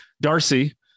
Darcy